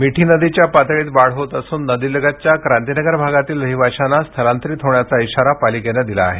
मिठी नदीच्या पातळीत वाढ होत असून नदीलगतच्या क्रांतीनगर भागातील राहिवाशाना स्थलांतरित होण्याचा इशारा पालिकेने दिला आहे